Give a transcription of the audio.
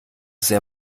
sehr